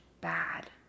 bad